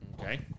Okay